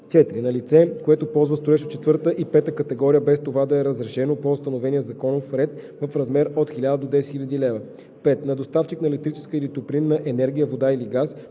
4. на лице, което ползва строеж от четвърта и пета категория, без това да е разрешено по установения законов ред – в размер от 1000 до 10 000 лв.; 5. на доставчик на електрическа или топлинна енергия, вода или газ,